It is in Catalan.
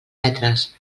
metres